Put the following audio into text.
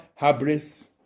habris